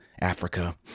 Africa